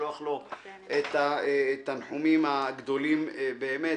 לשלוח לו תנחומים גדולים באמת.